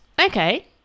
Okay